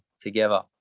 together